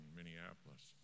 Minneapolis